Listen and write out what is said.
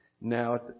now